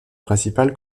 principale